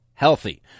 healthy